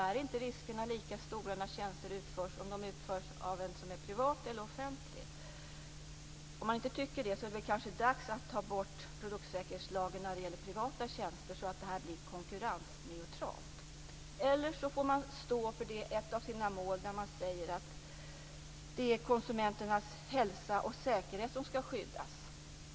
Är inte riskerna lika stora när de utförs offentligt som privat? Om man inte tycker så, är det kanske dags att ta bort produktsäkerhetslagen i fråga om privata tjänster, så att det blir konkurrensneutralt. Annars måste man stå för målet att det är konsumenternas hälsa och säkerhet som skall skyddas.